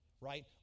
right